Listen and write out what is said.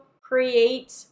create